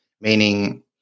meaning